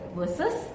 versus